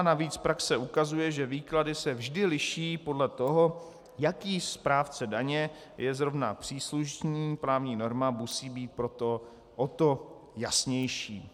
Navíc praxe ukazuje, že výklady se vždy liší podle toho, jaký správce daně je zrovna příslušný, právní norma musí být proto o to jasnější.